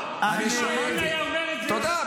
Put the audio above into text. אמרתי לך, אני לא צנזור של דבריך,